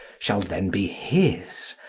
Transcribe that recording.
shall then be his,